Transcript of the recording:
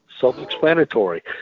self-explanatory